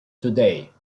today